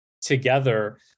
together